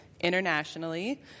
internationally